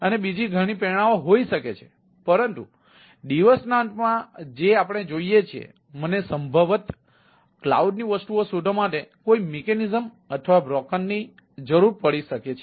તેથી ઘણી પ્રેરણાઓ અથવા બ્રોકરની જરૂર પડી શકે છે